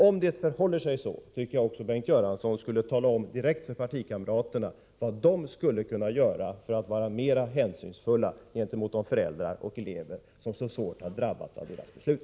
Om det förhåller sig så, anser jag också att Bengt Göransson skulle tala om direkt för partikamraterna vad de skulle kunna göra för att vara mer hänsynsfulla gentemot de föräldrar och de elever som har drabbats mycket hårt av deras beslut.